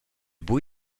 buc